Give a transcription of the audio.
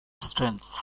strengths